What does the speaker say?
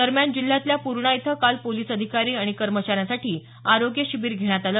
दरम्यान जिल्ह्यातल्या पूर्णा इथं काल पोलिस अधिकारी आणि कर्मचाऱ्यांसाठी आरोग्य शिबीर घेण्यात आलं